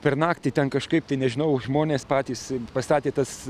per naktį ten kažkaip tai nežinau žmonės patys pastatė tas